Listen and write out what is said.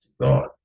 God